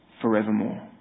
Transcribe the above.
forevermore